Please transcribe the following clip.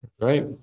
great